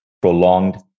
prolonged